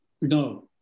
No